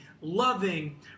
loving